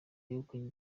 yegukanye